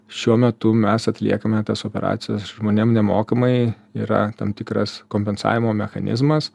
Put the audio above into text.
šiuo metu mes atliekame tas operacijas žmonėm nemokamai yra tam tikras kompensavimo mechanizmas